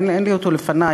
אין לי אותו לפני,